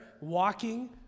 walking